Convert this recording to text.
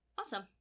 Awesome